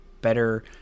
better